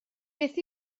beth